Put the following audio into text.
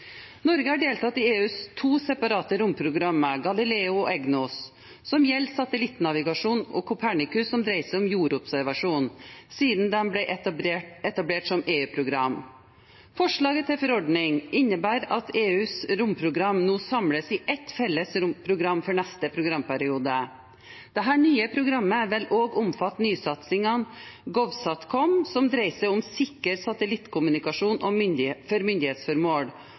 Norge har deltatt i EUs to separate romprogram, Galileo og EGNOS, som gjelder satellittnavigasjon, og Copernicus, som dreier seg om jordobservasjon, siden de ble etablert som EU-program. Forslaget til forordning innebærer at EUs romprogram nå samles i ett felles program for neste programperiode. Dette nye programmet vil også omfatte nysatsingene GOVSATCOM, som dreier seg om sikker satellittkommunikasjon for myndighetsformål, og SSA, som dreier seg om